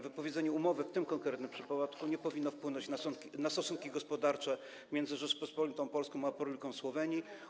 Wypowiedzenie umowy w tym konkretnym przypadku nie powinno wpłynąć na stosunki gospodarcze między Rzecząpospolitą Polską a Republiką Słowenii.